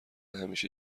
همیشه